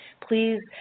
please